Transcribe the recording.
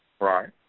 Right